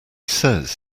says